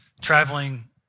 traveling